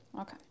Okay